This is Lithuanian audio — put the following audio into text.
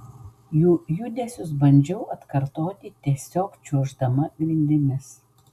jų judesius bandžiau atkartoti tiesiog čiuoždama grindimis